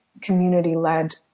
community-led